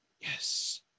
yes